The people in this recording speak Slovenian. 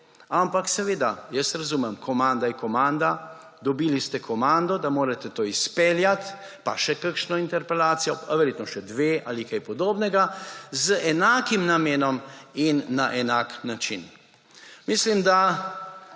Ampak seveda, jaz razumem, komanda je komanda, dobili ste komando, da morate to izpeljati, pa še kakšno interpelacijo, pa verjetno še dve ali kaj podobnega, z enakim namenom in na enak način. Mislim, da